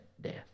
death